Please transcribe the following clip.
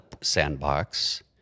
sandbox